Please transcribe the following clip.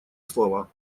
слова